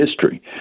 history